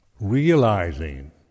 realizing